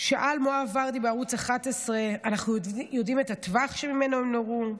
שאל מואב ורדי בערוץ 11: אנחנו יודעים את הטווח שממנו הם נורו?